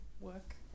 work